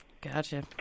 gotcha